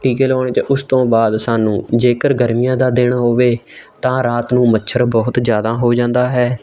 ਟੀਕੇ ਲਗਾਉਣੇ ਚਾ ਉਸ ਤੋਂ ਬਾਅਦ ਸਾਨੂੰ ਜੇਕਰ ਗਰਮੀਆਂ ਦਾ ਦਿਨ ਹੋਵੇ ਤਾਂ ਰਾਤ ਨੂੰ ਮੱਛਰ ਬਹੁਤ ਜ਼ਿਆਦਾ ਹੋ ਜਾਂਦਾ ਹੈ